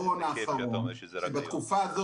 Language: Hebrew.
זה כיף שאתה אומר שזה רק היום.